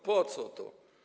Po co to?